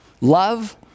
love